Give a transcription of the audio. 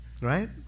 Right